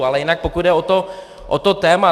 Ale jinak pokud jde o to téma.